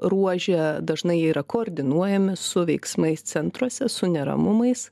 ruože dažnai jie yra koordinuojami su veiksmais centruose su neramumais